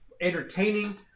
entertaining